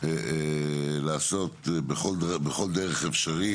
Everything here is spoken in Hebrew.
לעשות בכל דרך אפשרית,